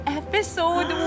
episode